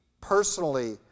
personally